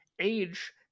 age